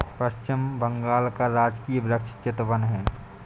पश्चिम बंगाल का राजकीय वृक्ष चितवन है